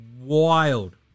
wild